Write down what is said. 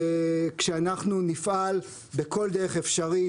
כשאנחנו נפעל בכל דרך אפשרית,